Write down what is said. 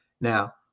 Now